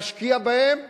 נשקיע בהם,